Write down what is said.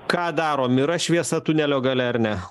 ką darom yra šviesa tunelio gale ar ne